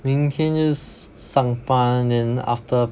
明天又上班 then after